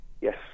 Yes